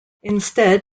instead